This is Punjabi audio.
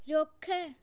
ਰੁੱਖ